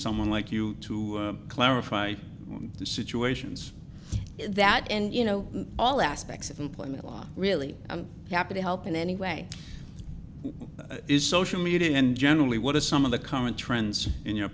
someone like you to clarify the situations that and you know all aspects of employment law really i'm happy to help in any way is social meeting and generally what are some of the current trends in your